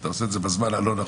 אתה עושה את זה בזמן הלא-נכון,